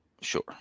Sure